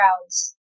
crowds